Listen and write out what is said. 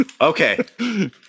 Okay